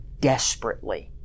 Desperately